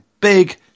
big